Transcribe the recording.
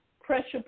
Pressure